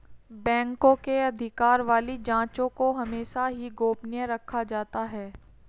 बैंकों के अधिकार वाली जांचों को हमेशा ही गोपनीय रखा जाता है